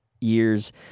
years